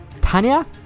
Tanya